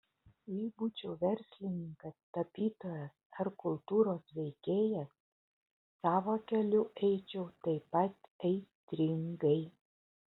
jei būčiau verslininkas tapytojas ar kultūros veikėjas savo keliu eičiau taip pat aistringai